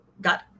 got